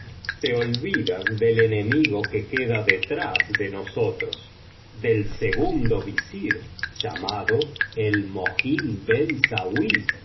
te olvidas del enemigo que queda detrás de nosotros del segundo visir llamado el mohín ben sauí